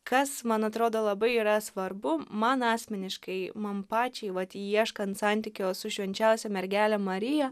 kas man atrodo labai yra svarbu man asmeniškai man pačiai vat ieškant santykio su švenčiausia mergele marija